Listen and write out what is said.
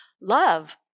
love